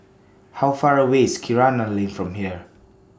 How Far away IS Kinara Lane from here